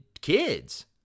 kids